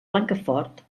blancafort